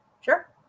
Sure